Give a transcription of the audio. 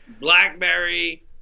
Blackberry